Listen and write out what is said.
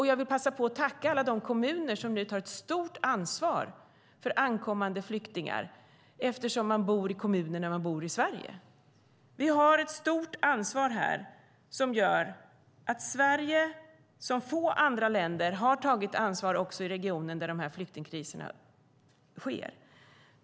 Jag vill passa på att tacka alla de kommuner som nu tar ett stort ansvar för ankommande flyktingar; man bor ju i en kommun när man bor i Sverige. Vi har ett stort ansvar som gör att Sverige likt få andra länder har tagit ansvar också i regioner där flyktingkriserna uppstår.